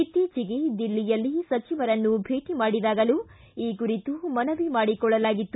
ಇತ್ತೀಚೆಗೆ ದಿಲ್ಲಿಯಲ್ಲಿ ಸಚಿವರನ್ನು ಭೇಟ ಮಾಡಿದಾಗಲೂ ಈ ಕುರಿತು ಮನವಿ ಮಾಡಿಕೊಳ್ಳಲಾಗಿತ್ತು